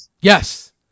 Yes